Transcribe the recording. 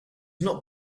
not